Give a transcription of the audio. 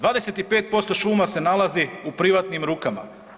25% šuma se nalazi u privatnim rukama.